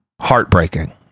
heartbreaking